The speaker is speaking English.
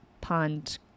pond